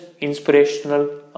inspirational